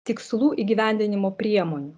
tikslų įgyvendinimo priemonių